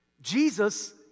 Jesus